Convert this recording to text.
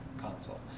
console